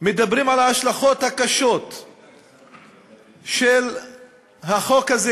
מדברים על ההשלכות הקשות של החוק הזה,